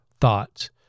thoughts